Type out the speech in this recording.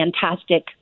fantastic